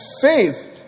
faith